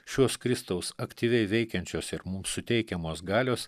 šios kristaus aktyviai veikiančios ir mums suteikiamos galios